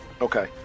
okay